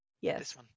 Yes